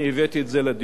אני הבאתי את זה לדיון,